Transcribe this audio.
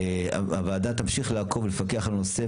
הוועדה תמשיך לעקוב ולפקח על הנושא,